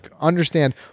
understand